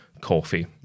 coffee